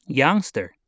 youngster